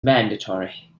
mandatory